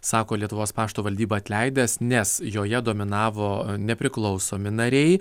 sako lietuvos pašto valdybą atleidęs nes joje dominavo nepriklausomi nariai